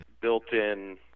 built-in